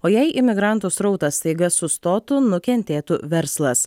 o jei imigrantų srautas staiga sustotų nukentėtų verslas